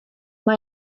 mae